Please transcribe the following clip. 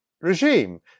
regime